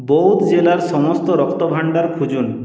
বউধ জেলার সমস্ত রক্তভাণ্ডার খুঁজুন